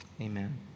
amen